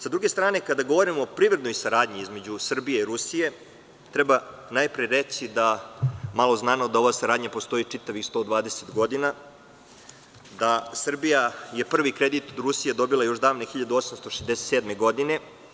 S druge strane, kada govorimo o privrednoj saradnji između Srbije i Rusije, treba najpre reći da ova saradnja postoji čitavih 120 godina, da je Srbija prvi kredit od Rusije dobila još davne 1867. godine.